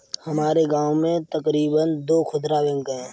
हमारे गांव में तकरीबन दो खुदरा बैंक है